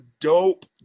dope